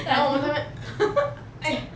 然后我在那边 !aiyo!